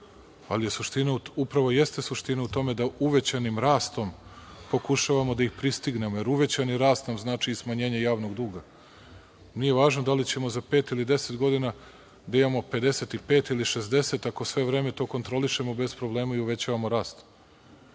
Ali, upravo jeste suština u tome da uvećanim rastom pokušavamo da ih pristignemo, jer uvećanim rastom, znači smanjenje javnog duga. Nije važno da li ćemo za pet ili 10 godina da imamo 55 ili 60, ako sve vreme to kontrolišemo bez problema i uvećavamo rast.